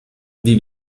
wie